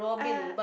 uh